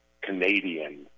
Canadian